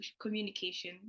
communication